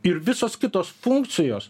ir visos kitos funkcijos